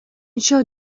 anseo